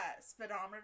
speedometer